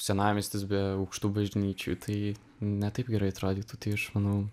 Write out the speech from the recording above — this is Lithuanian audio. senamiestis be aukštų bažnyčių tai ne taip gerai atrodytų tai aš manau